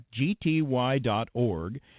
gty.org